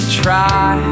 try